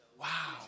Wow